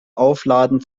aufladen